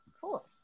cool